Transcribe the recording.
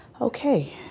okay